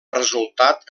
resultat